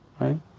Right